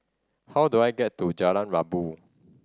how do I get to Jalan Rabu